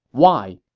why?